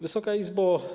Wysoka Izbo!